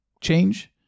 change